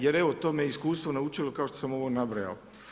Jer evo, to me iskustvo naučilo, kao što sam ovo nabrojao.